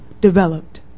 developed